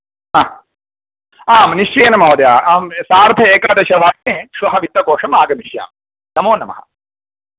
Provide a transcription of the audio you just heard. हा आं निश्चयेन महोदय अहं सार्ध एकादश वादने श्वः वित्तकोशम् आगमिष्यामि नमो नमः